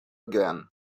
again